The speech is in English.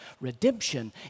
Redemption